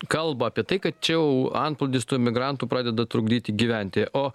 kalba apie tai kad čia jau antplūdis tų imigrantų pradeda trukdyti gyventi o